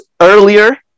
earlier